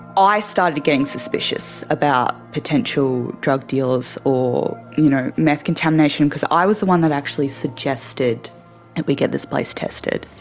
i started getting suspicious about potential drug dealers or you know meth contamination because i was the one that actually suggested that we get this place tested.